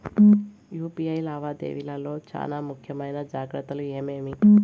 UPI లావాదేవీల లో చానా ముఖ్యమైన జాగ్రత్తలు ఏమేమి?